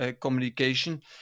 communication